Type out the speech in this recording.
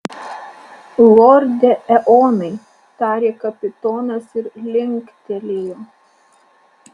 lorde eonai tarė kapitonas ir linktelėjo